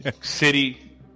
city